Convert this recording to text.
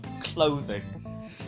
clothing